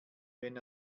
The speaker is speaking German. wenn